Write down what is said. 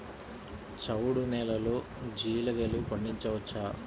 చవుడు నేలలో జీలగలు పండించవచ్చా?